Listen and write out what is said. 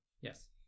Yes